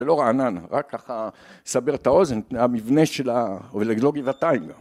‫זה לא רענן, רק ככה שבר את האוזן, ‫המבנה של ה... ולגלוגיותיים גם.